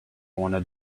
wanted